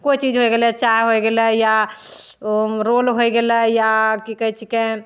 कोइ चीज होइ गेलै चाइ होइ गेलै या ओ रोल होइ गेलै या कि कहै छिकै